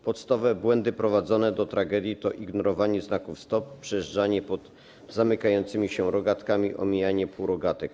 Podstawowe błędy prowadzące do tragedii to ignorowanie znaku „stop”, przejeżdżanie pod zamykającymi się rogatkami, omijanie półrogatek.